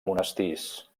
monestirs